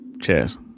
Cheers